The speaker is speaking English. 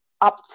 up